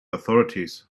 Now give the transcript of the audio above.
authorities